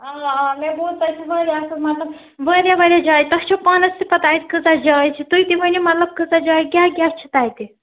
آ آ مےٚ بوٗز تَتہِ چھُ وارِیاہ اَصٕل مطلب وارِیاہ وارِیاہ جایہِ تۅہہِ چھُو پانس تہِ پتاہ اَتہِ کٲژاہ جاے چھِ تُہۍ تہِ ؤنِو مطلب کٲژاہ جاے کیٛاہ کیٛاہ چھُ تَتہِ